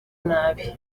nabi